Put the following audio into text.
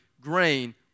grain